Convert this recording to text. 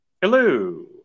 Hello